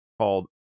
called